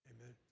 Amen